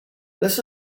this